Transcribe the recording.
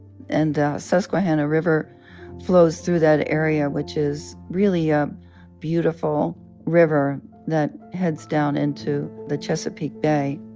and the susquehanna river flows through that area, which is really a beautiful river that heads down into the chesapeake bay